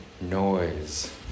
Noise